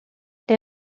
les